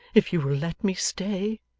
if you will let me stay.